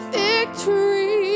victory